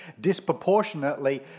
disproportionately